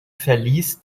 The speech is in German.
verlies